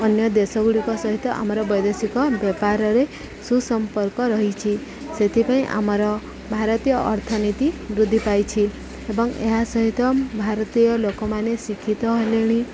ଅନ୍ୟ ଦେଶ ଗୁଡ଼ିକ ସହିତ ଆମର ବୈଦେଶିକ ବ୍ୟାପାରରେ ସୁସମ୍ପର୍କ ରହିଛି ସେଥିପାଇଁ ଆମର ଭାରତୀୟ ଅର୍ଥନୀତି ବୃଦ୍ଧି ପାଇଛି ଏବଂ ଏହା ସହିତ ଭାରତୀୟ ଲୋକମାନେ ଶିକ୍ଷିତ ହେଲେଣି